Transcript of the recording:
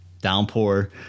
downpour